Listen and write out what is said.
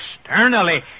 externally